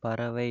பறவை